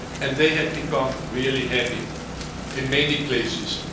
and they have become really happy in many places.